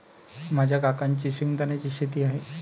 माझ्या काकांची शेंगदाण्याची शेती आहे